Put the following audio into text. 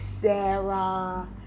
Sarah